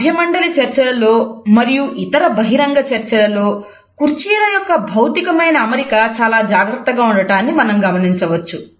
సభ్య మండలి చర్చలలో మరియు ఇతర బహిరంగ చర్చలలో కుర్చీల యొక్క భౌతికమైన అమరిక చాలా జాగ్రత్తగా ఉండటాన్ని మనం గమనించవచ్చు